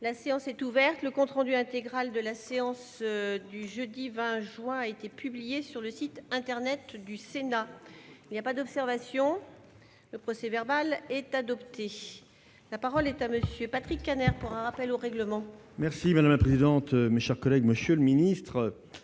La séance est ouverte. Le compte rendu intégral de la séance du jeudi 20 juin 2019 a été publié sur le site internet du Sénat. Il n'y a pas d'observation ?... Le procès-verbal est adopté. La parole est à M. Patrick Kanner, pour un rappel au règlement. Madame la présidente, monsieur le secrétaire